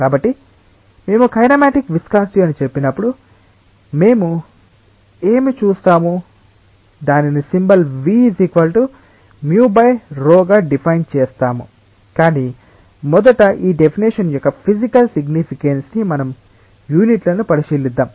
కాబట్టి మేము kinematic viscosity అని చెప్పినప్పుడు మేము ఏమి చూస్తాము దానిని సింబల్ ν μ ρ గా డిఫైన్ చేస్తాము కానీ మొదట ఈ డెఫినిషన్ యొక్క ఫిసికల్ సిగ్నిఫికెన్స్ ని మనం యూనిట్లను పరిశీలిద్దాం